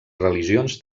religions